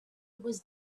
was